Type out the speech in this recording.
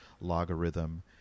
logarithm